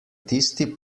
tisti